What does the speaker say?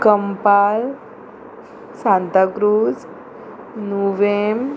Campal Santacruz Nuvem